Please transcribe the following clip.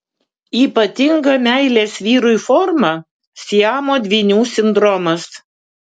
ypatinga meilės vyrui forma siamo dvynių sindromas